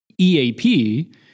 EAP